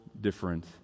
different